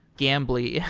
gambly, yeah